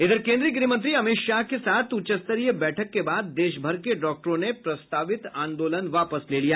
इधर केन्द्रीय गृह मंत्री अमित शाह के साथ उच्च स्तरीय बैठक के बाद देश भर के डॉक्टरों ने प्रस्तावित आंदोलन वापस ले लिया